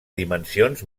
dimensions